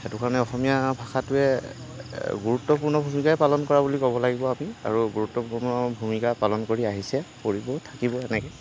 সেইটো কাৰণে অসমীয়া ভাষাটোৱে গুৰুত্বপূৰ্ণ ভূমিকাই পালন কৰা বুলি ক'ব লাগিব আমি আৰু গুৰুত্বপূৰ্ণ ভূমিকা পালন কৰি আহিছে কৰিব থাকিব এনেকৈ